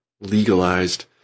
legalized